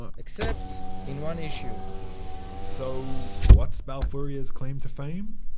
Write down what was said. except in one issue so what's balfouria's claim to fame?